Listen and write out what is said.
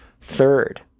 Third